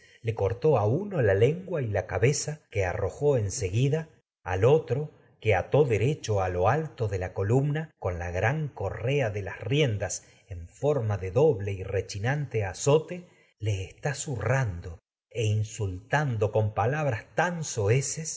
le se la lengua que la cabeza a que arrojó guida al otro con ató derecho lo alto de la columna en la gran correa de las riendas forma de doble con y rechinante labras tan azote le está zurrando e insultando soeces pa que